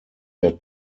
der